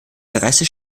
bereiste